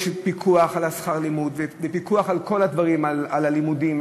יש פיקוח על שכר הלימוד ופיקוח על כל הדברים: על הלימודים,